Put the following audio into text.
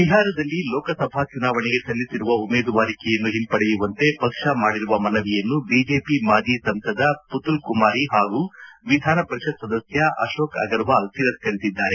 ಬಿಹಾರದಲ್ಲಿ ಲೋಕಸಭಾ ಚುನಾವಣೆಗೆ ಸಲ್ಲಿಸಿರುವ ಉಮೇದುವಾರಿಕೆಯನ್ನು ಹಿಂಪಡೆಯುವಂತೆ ಪಕ್ಷ ಮಾಡಿರುವ ಮನವಿಯನ್ನು ಬಿಜೆಪಿ ಮಾಜಿ ಸಂಸದ ಪುತುಲ್ ಕುಮಾರಿ ಹಾಗೂ ವಿಧಾನಪರಿಷತ್ ಸದಸ್ಯ ಅಶೋಕ್ ಅಗರ್ವಾಲ್ ತಿರಸ್ಕರಿಸಿದ್ದಾರೆ